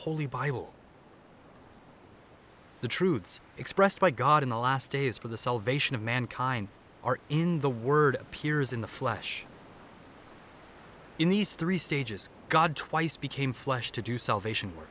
holy bible the truths expressed by god in the last days for the salvation of mankind are in the word appears in the flesh in these three stages god twice became flesh to do salvation w